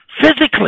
Physically